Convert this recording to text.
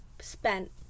spent